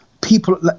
people